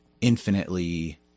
infinitely